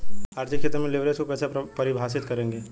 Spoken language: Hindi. आर्थिक क्षेत्र में लिवरेज को कैसे परिभाषित करेंगे?